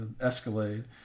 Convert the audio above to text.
Escalade